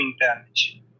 damage